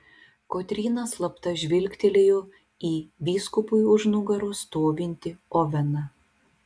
kotryna slapta žvilgtelėjo į vyskupui už nugaros stovintį oveną